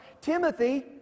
Timothy